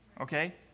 Okay